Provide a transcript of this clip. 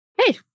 Hey